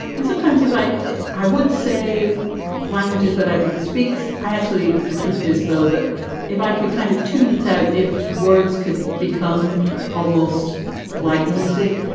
and sometimes if i i would say languages that i didn't speaks. actually, the truth is, though, that if i could kind of tune it out, if words could become almost like music,